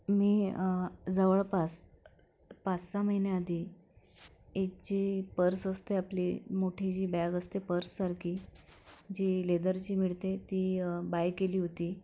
मी जवळपास पाच सहा महिन्याआधी एक जी पर्स असते आपली मोठी जी बॅग असते पर्ससारखी जी लेदरची मिळते ती बाय केली होती